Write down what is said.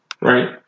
right